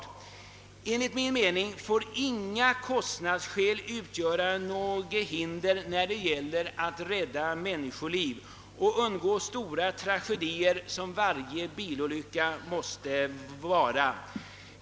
Enligt min mening får inga kostnadsskäl utgöra något hinder när det gäller att rädda människoliv och undgå de stor tragedier, som varje bilolycka måste vara.